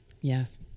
Yes